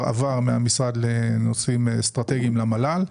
עבר מהמשרד לנושאים אסטרטגיים למל"ל,